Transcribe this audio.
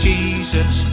Jesus